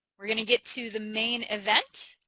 we're going to get to the main event.